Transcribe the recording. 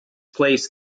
place